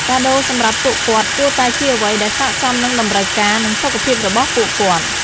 កាដូរសម្រាប់ពួកគាត់គួរតែជាអ្វីដែលស័ក្តិសមនឹងតម្រូវការ និងសុខភាពរបស់ពួកគាត់។